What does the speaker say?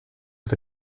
für